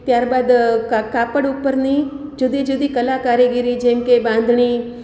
ત્યારબાદ કાપડ ઉપરની જુદીજુદી કલા કારીગીરી જેમકે બાંધણી